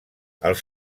els